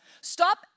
Stop